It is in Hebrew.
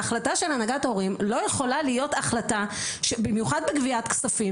ההחלטה של הנהגת ההורים במיוחד בגביית כספים,